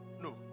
no